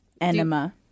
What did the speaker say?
Enema